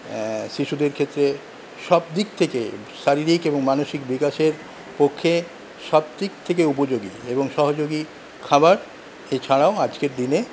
শিশুদের ক্ষেত্রে সবদিক থেকে শারীরিক এবং মানসিক বিকাশের পক্ষে সবদিক থেকে উপযোগী এবং সহযোগী খাবার এছাড়াও আজকের দিনে